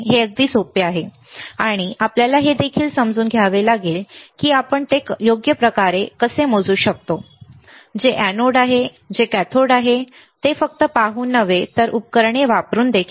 हे अगदी सोपे आहे परंतु आपल्याला हे देखील समजून घ्यावे लागेल की आपण योग्य कसे मोजू शकतो जे एनोड आहे जे कॅथोड आहे फक्त ते पाहून नव्हे तर उपकरणे वापरून देखील